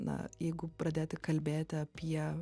na jeigu pradėti kalbėti apie